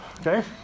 Okay